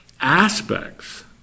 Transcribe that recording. aspects